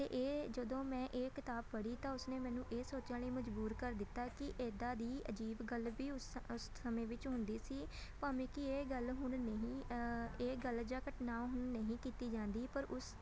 ਅਤੇ ਇਹ ਜਦੋਂ ਮੈਂ ਇਹ ਕਿਤਾਬ ਪੜ੍ਹੀ ਤਾਂ ਉਸਨੇ ਮੈਨੂੰ ਇਹ ਸੋਚਣ ਲਈ ਮਜਬੂਰ ਕਰ ਦਿੱਤਾ ਕਿ ਇੱਦਾਂ ਦੀ ਅਜੀਬ ਗੱਲ ਵੀ ਉਸ ਸ ਉਸ ਸਮੇਂ ਵਿੱਚ ਹੁੰਦੀ ਸੀ ਭਾਵੇਂ ਕਿ ਇਹ ਗੱਲ ਹੁਣ ਨਹੀਂ ਇਹ ਗੱਲ ਜਾਂ ਘਟਨਾ ਹੁਣ ਨਹੀਂ ਕੀਤੀ ਜਾਂਦੀ ਪਰ ਉਸ